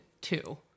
two